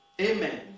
Amen